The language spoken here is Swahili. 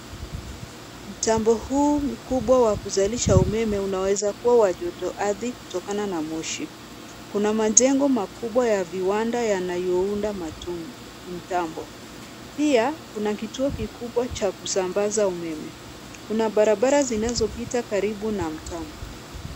Mtambo huu mkubwa wa kuzalisha umeme unaweza kuwa wa joto ardhi, kutokana na moshi. Kuna majengo makubwa ya viwanda yanayounda mtambo. Pia kuna kituo kikubwa cha kusambaza umeme. Kuna barabara zinazopita karibu na mtambo.